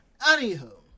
anywho